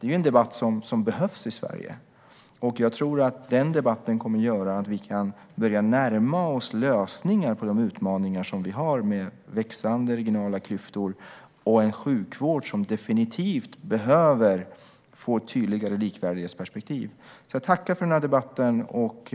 Det är en debatt som behövs i Sverige, och jag tror att den debatten kommer att göra att vi kan börja närma oss lösningar på de utmaningar som vi har med växande regionala klyftor och en sjukvård som definitivt behöver få ett tydligare likvärdighetsperspektiv. Jag tackar för den här debatten och